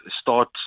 start